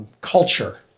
culture